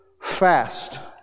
fast